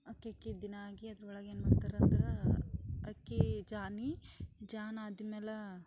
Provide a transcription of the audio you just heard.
ಅಕ್ಕಿ ಅಕ್ಕಿ ಇದ್ದಿನಾಗಿ ಅದ್ರೊಳಗೆ ಏನ್ಮಾಡ್ತಾರೆಂದ್ರೆ ಅಕ್ಕಿ ಜಾನಿ ಜಾನ್ ಆದ್ಮೇಲೆ